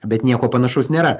bet nieko panašaus nėra